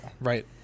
right